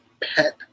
pet